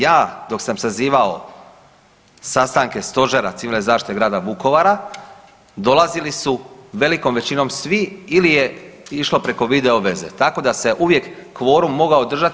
Ja dok sam sazivao sastanke Stožera civilne zaštite Grada Vukovara dolazili su velikom većinom svi ili je išlo preko videoveze, tako da se uvijek kvorum mogao održati.